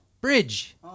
Bridge